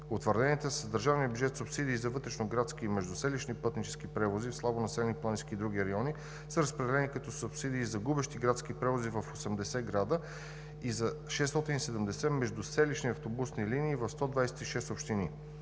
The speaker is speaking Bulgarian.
Утвърдените с държавния бюджет субсидии за вътрешноградски и междуселищни пътнически превози в слабонаселени планински и други райони са разпределени като субсидии за губещи градски превози в 80 града и за 670 междуселищни автобусни линии в 126 общини.